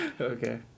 Okay